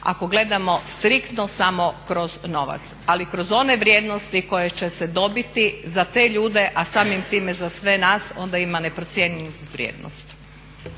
ako gledamo striktno samo kroz novac. Ali kroz one vrijednosti koje će se dobiti za te ljude, a samim time za sve nas onda ima neprocjenjivu vrijednost.